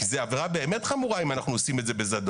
כי זו באמת עבירה חמורה אם אנחנו עושים את זה בזדון.